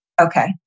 Okay